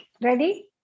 Ready